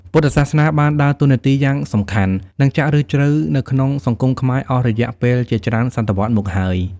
ពុទ្ធសាសនាបានដើរតួនាទីយ៉ាងសំខាន់ និងចាក់ឫសជ្រៅនៅក្នុងសង្គមខ្មែរអស់រយៈពេលជាច្រើនសតវត្សរ៍មកហើយ។